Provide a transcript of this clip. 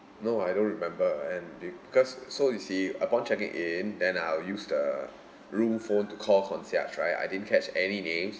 no I don't remember and because so you see upon checking in then I'll use the room phones to call concierge right I didn't catch any name